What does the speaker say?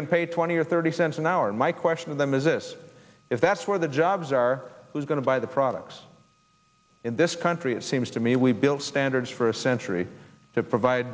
can pay twenty or thirty cents an hour and my question of them is this if that's where the jobs are going to buy the products in this country it seems to me we built standards for a century to provide